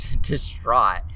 distraught